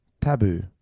Taboo